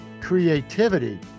creativity